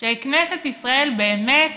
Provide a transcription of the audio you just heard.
כנסת ישראל באמת